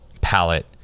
palette